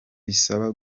bisaba